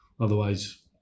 otherwise